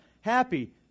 happy